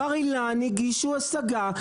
בר-אילן הגישו השגה,